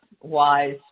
wise